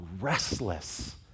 restless